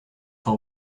for